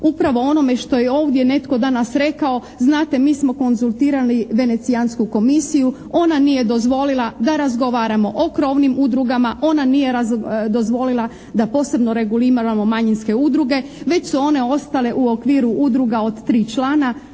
upravo onome što je ovdje netko danas rekao, znate mi smo konzultirali Venecijansku komisiju, ona nije dozvolila da razgovaramo o krovnim udrugama, ona nije dozvolila da posebno reguliramo manjinske udruge već su one ostale u okviru udruga od 3 člana